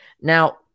Now